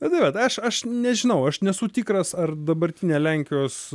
nu tai vat aš aš nežinau aš nesu tikras ar dabartinė lenkijos